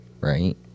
right